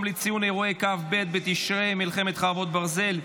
אירועי הטרור של כ"ב בתשרי (ה-7 באוקטובר) ומלחמת חרבות ברזל,